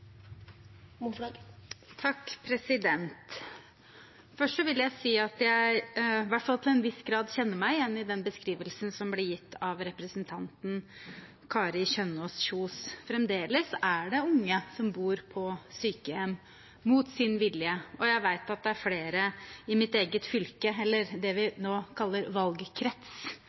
Først vil jeg si at jeg i hvert fall til en viss grad kjenner meg igjen i den beskrivelsen som ble gitt av representanten Kari Kjønaas Kjos. Fremdeles er det unge som bor på sykehjem mot sin vilje, og jeg vet at det er flere i mitt eget fylke, eller det vi nå kaller valgkrets,